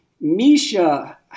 Misha-